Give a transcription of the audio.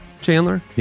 Chandler